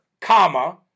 comma